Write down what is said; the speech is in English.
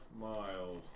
miles